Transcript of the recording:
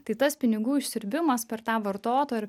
tai tas pinigų išsiurbimas per tą vartotoją